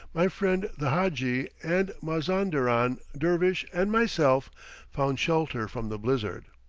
my friend the hadji and mazanderan dervish and myself found shelter from the blizzard.